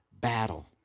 battle